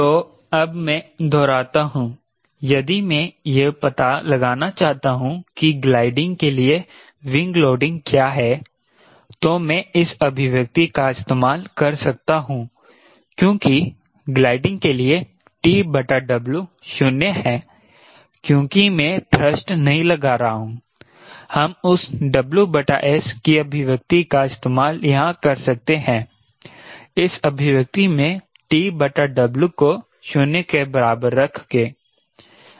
तो अब मैं दोहराता हूं यदि मैं यह पता लगाना चाहता हूं कि ग्लाइडिंग के लिए विंग लोडिंग क्या है तो मैं इस अभिव्यक्ति का इस्तेमाल कर सकता हूं क्योंकि ग्लाइडिंग के लिए TW 0 है क्योंकि मैं थ्रस्ट नहीं लगा रहा हूं हम उस WS की अभिव्यक्ति का इस्तेमाल यहां कर सकते हैं इस अभिव्यक्ति में TW को 0 के बराबर रखके